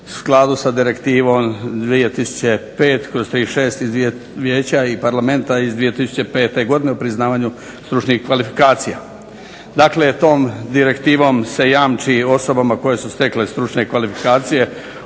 u skladu sa direktivom 2005/36 Vijeća i Parlamenta iz 2005. godine o priznavanju stručnih kvalifikacija. Dakle tom direktivom se jamči osobama koje su stekle stručne kvalifikacije